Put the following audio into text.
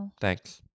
Thanks